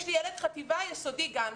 יש לי ילד בחטיבה, ילד ביסודי וילד בגן.